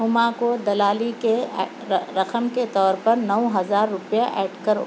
ہما کو دلالی کے رقم کے طور پر نو ہزار روپیہ ایڈ کرو